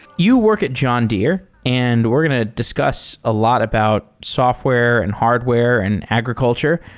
you work at john deere, and we're going to discuss a lot about software, and hardware, and agriculture.